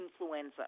influenza